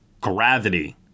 Gravity